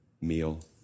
meal